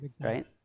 right